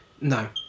No